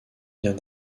vient